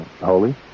holy